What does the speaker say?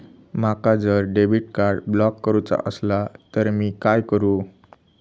माका जर debit card block करूचा असला तर मी काय करू?